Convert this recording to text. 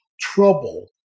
trouble